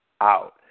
out